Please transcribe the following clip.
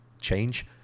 change